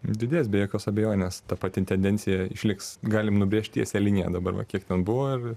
didės be jokios abejonės ta pati tendencija išliks galim nubrėžti tiesią liniją dabar va kiek ten buvo ir